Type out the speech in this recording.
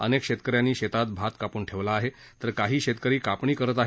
अनेक शेतकऱ्यांनी शेतात भात कापून ठेवला आहे तर काही शेतकरी कापणी करत आहेत